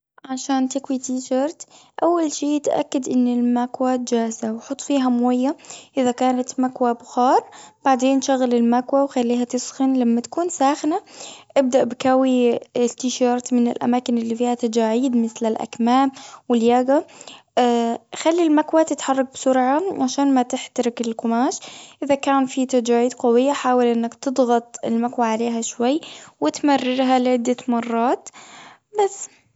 عشان تكوي تيشرت. أول شي تأكد إن المكواة جاهزة، وحط فيها مويه، إذا كانت مكوة بخار. بعدين شغل المكوة، وخليها تسخن. لما تكون ساخنة، ابدأ بكوي التيشيرت من الأماكن اللي فيها تجاعيد، مثل الأكمام، واللياجة. خلي المكوة تتحرك بسرعة، عشان ما تحترق القماش. إذا كان في تجاعيد قوية، حاول إنك تضغط المكوة عليها شوي، وتمررها لعدة مرات، بس.